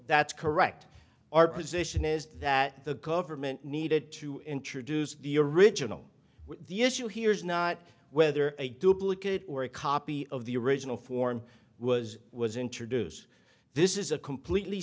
that's correct our position is that the government needed to introduce your original the issue here is not whether a duplicate or a copy of the original form was was introduced this is a completely